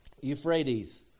Euphrates